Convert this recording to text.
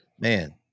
Man